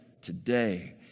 Today